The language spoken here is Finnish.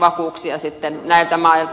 vakuuksia näiltä mailta